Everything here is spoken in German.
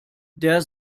der